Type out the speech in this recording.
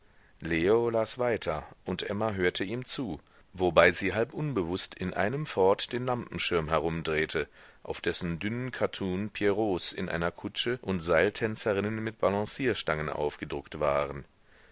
leo las weiter und emma hörte ihm zu wobei sie halb unbewußt in einem fort den lampenschirm herumdrehte auf dessen dünnen kattun pierrots in einer kutsche und seiltänzerinnen mit balancierstangen aufgedruckt waren